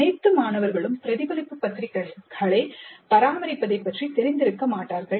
அனைத்து மாணவர்களும் பிரதிபலிப்பு பத்திரிகைகளை பராமரிப்பதை பற்றி தெரிந்திருக்க மாட்டார்கள்